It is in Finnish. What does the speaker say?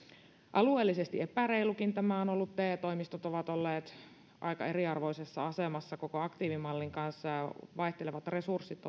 alueellisesti epäreilukin tämä on on ollut te toimistot ovat olleet aika eriarvoisessa asemassa koko aktiivimallin kanssa ja vaihtelevat resurssit